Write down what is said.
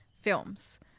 films